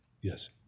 Yes